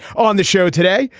on the show today.